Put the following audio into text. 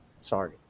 sorry